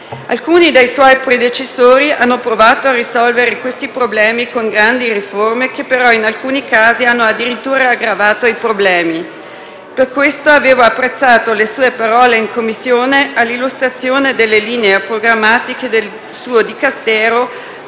Alcuni dei suoi predecessori hanno provato a risolvere questi problemi con grandi riforme che però in alcuni casi hanno addirittura aggravato i problemi. Per questo avevo apprezzato le sue parole in sede di Commissione nel corso dell'illustrazione delle linee programmatiche del suo Dicastero,